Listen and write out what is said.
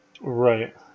right